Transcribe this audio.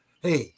Hey